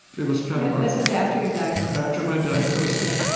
it was kind of, this was after your diagnosis after my diagnosis